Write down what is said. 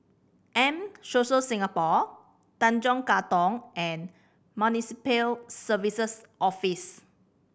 M Social Singapore Tanjong Katong and Municipal Services Office